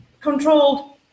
controlled